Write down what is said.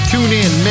TuneIn